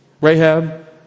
Rahab